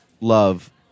love